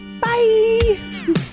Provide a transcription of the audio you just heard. Bye